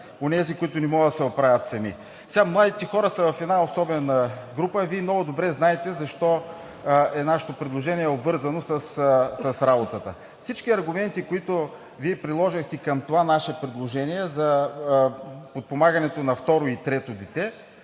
онези, които не могат да се оправят сами. Сега младите хора са в една особена група и Вие много добре знаете защо нашето предложение е обвързано с работата. Всички аргументи, които Вие приложихте към това наше предложение за подпомагането на второ и трето дете,